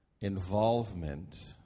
involvement